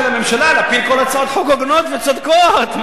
הממשלה להפיל הצעות חוק הוגנות וצודקות,